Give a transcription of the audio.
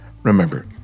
Remember